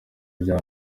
rya